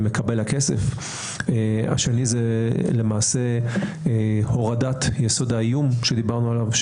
למקבל הכסף היסוד השני הוא למעשה הורדת יסוד האיום שדיברנו עליו.